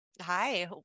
Hi